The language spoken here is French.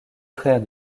frère